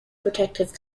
protective